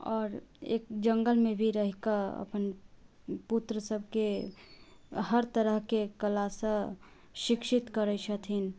आओर एक जङ्गलमे भी रहिके अपन पुत्र सबके हर तरहके कलासंँ शिक्षित करै छथिन